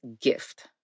gift